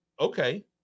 okay